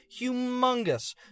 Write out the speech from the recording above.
humongous